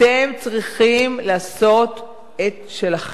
אתם צריכים לעשות את שלכם,